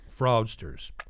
fraudsters